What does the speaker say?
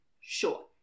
Sure